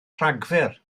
rhagfyr